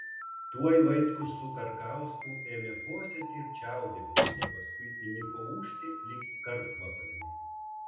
tuoj vaitkus su karkausku ėmė kosėti ir čiaudėti o paskui įniko ūžti lyg karkvabaliai